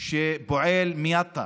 של פועל מיטא